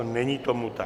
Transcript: Není tomu tak.